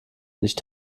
nicht